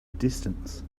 distance